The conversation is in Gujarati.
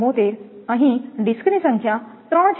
74 અહીં ડિસ્કની સંખ્યા ત્રણ છે